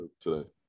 today